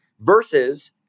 versus